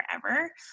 forever